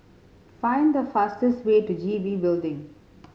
find the fastest way to G B Building